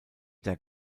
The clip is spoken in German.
der